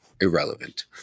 irrelevant